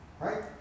Right